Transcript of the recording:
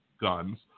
guns